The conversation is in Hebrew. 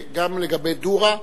גם לגבי א-דורה,